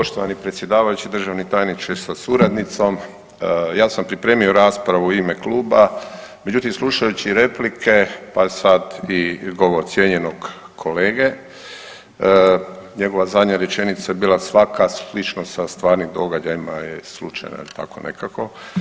Poštovani predsjedavajući, državni tajniče sa suradnicom, ja sam pripremio raspravu u ime kluba, međutim, slušajući replike, pa sad i govor cijenjenog kolege, njegova zadnja rečenica je bila, svaka sličnost sa stvarnim događajima je slučajna ili tako nekako.